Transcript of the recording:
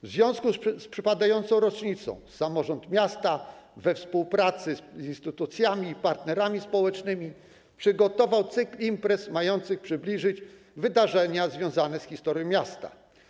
W związku z przypadającą rocznicą samorząd miasta we współpracy z instytucjami i partnerami społecznymi przygotował cykl imprez mających przybliżyć wydarzenia związane z historią miasta.